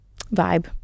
vibe